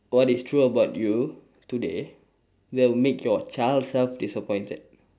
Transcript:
what is true about you today that will make your child self disappointed